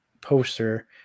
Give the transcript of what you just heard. Poster